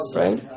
right